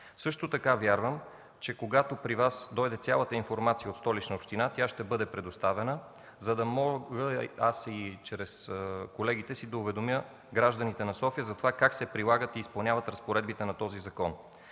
Също така вярвам, че когато при Вас дойде цялата информация от Столичната община, тя ще бъде предоставена, за да мога аз и чрез колегите си да уведомя гражданите на София как се прилагат и изпълняват разпоредбите на този закон.